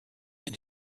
and